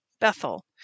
Bethel